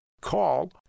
Call